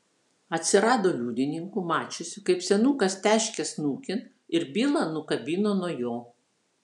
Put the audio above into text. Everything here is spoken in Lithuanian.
atsirado liudininkų mačiusių kaip senukas teškia snukin ir bylą nukabino nuo jo